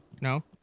No